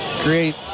create